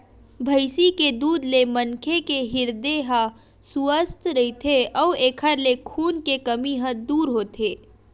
भइसी के दूद ले मनखे के हिरदे ह सुवस्थ रहिथे अउ एखर ले खून के कमी ह दूर होथे